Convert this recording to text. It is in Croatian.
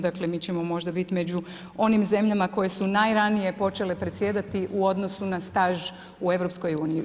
Dakle, mi ćemo možda bit među onim zemljama koje su najranije počele predsjedati u odnosu na staž u EU.